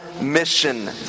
mission